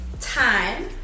time